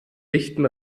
dichten